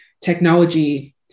technology